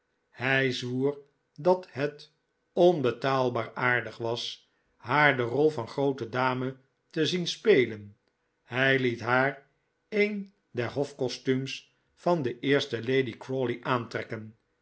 hij zwocr dat het onbetaalbaar aardig was haar de rol van groote dame te zien spelen hij liet haar een der hofcostumes van de eerste lady crawley aantrekken